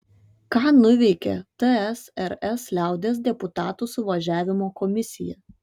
ką nuveikė tsrs liaudies deputatų suvažiavimo komisija